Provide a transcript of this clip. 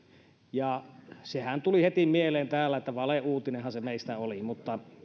ja sehän tuli heti mieleen täällä että valeuutinenhan se meistä oli mutta